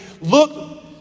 look